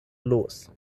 los